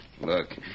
Look